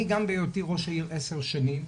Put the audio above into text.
אני גם בהיותי ראש עיר עשר שנים,